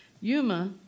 Yuma